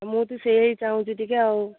ମୁଁ ବି ସେଇଆ ହିଁ ଚାହୁଁଛି ଟିକେ ଆଉ